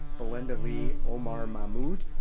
belinda lee, omar mahmoud,